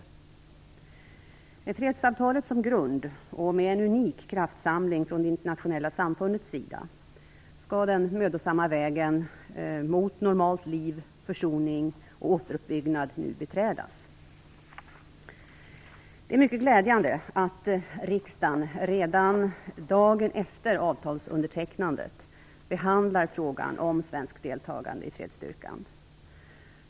Med fredsavtalet som grund, och med en unik kraftsamling från det internationella samfundets sida, skall nu den mödosamma vägen mot normalt liv, försoning och återuppbyggnad beträdas. Det är mycket glädjande att riksdagen redan dagen efter avtalsundertecknandet behandlar frågan om svenskt deltagande i fredsstyrkan.